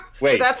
wait